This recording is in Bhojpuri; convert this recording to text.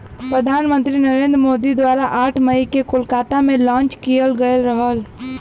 प्रधान मंत्री नरेंद्र मोदी द्वारा आठ मई के कोलकाता में लॉन्च किहल गयल रहल